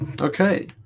Okay